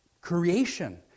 creation